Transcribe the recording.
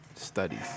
studies